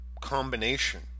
combination